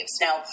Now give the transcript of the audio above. Now